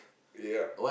yup